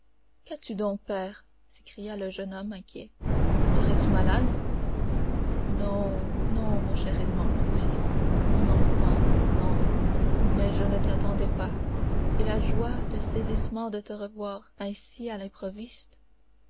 qu'as-tu donc père s'écria le jeune homme inquiet serais-tu malade non non mon cher edmond mon fils mon enfant non mais je ne t'attendais pas et la joie le saisissement de te revoir ainsi à l'improviste